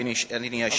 אדוני היושב-ראש,